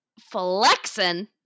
flexing